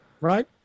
right